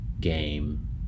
game